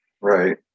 Right